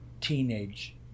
teenage